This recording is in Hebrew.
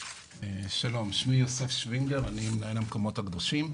שלום, שמי יוסף שווינגר, מנהל המקומות הקדושים.